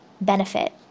benefit